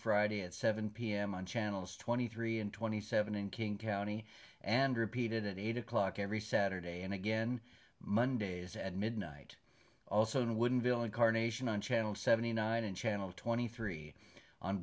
friday at seven pm on channels twenty three and twenty seven in king county and repeated at eight o'clock every saturday and again mondays at midnight also on wooden villain carnation on channel seventy nine and channel twenty three on